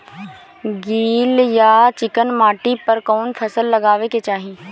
गील या चिकन माटी पर कउन फसल लगावे के चाही?